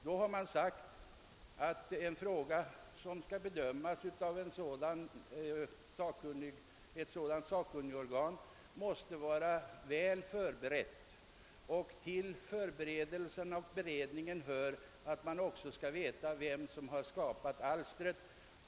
Svaret har blivit att en fråga som skall behandlas av ett dylikt sakkunnigorgan måste vara väl förberedd, och till beredningen hör att man också skall ta reda på vem som skapat alstret.